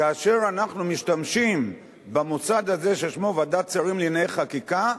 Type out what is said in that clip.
כאשר אנחנו משתמשים במוסד הזה ששמו ועדת שרים לענייני חקיקה,